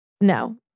No